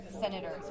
senators